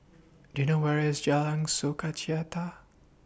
Do YOU know Where IS Jalan